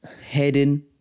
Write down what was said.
Heading